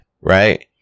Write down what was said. Right